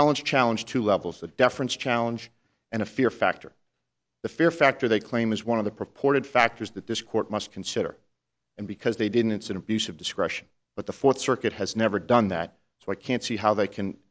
palin challenge to levels that deference challenge and a fear factor the fear factor they claim is one of the proportion factors that this court must consider and because they didn't it's an abuse of discretion but the fourth circuit has never done that so i can't see how they can